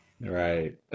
Right